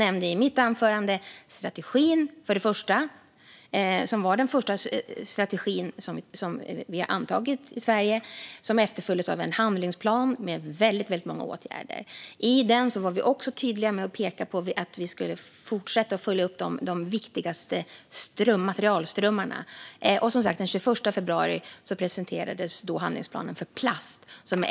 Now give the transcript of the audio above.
I mitt anförande nämnde jag strategin, den första i sitt slag att antas i Sverige, som efterföljdes av en handlingsplan med många åtgärder. I den var vi också tydliga med att vi skulle fortsätta att följa upp de viktigaste materialströmmarna, och den 21 februari presenterades handlingsplanen för plast.